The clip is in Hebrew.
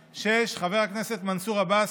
6. חבר הכנסת מנסור עבאס,